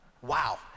Wow